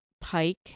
pike